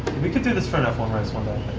we could do this for an f one race one